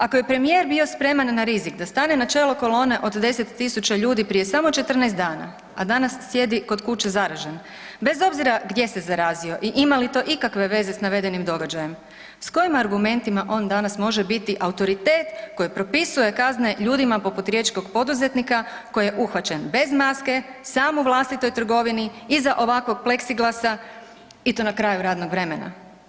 Ako je premijer bio spreman na rizik da stane na čelo kolone od 10.000 ljudi prije samo 14 dana, a danas sjedi kod kuće zaražen, bez obzira gdje se zarazio i ima li to ikakve veze s navedenim događajem, s kojim argumentima on danas može biti autoritet koji propisuje kazne ljudima poput riječkog poduzetnika koji je uhvaćen bez maske, sam u vlastitoj trgovini, iza ovakvog pleskiglasa i to na kraju radnog vremena?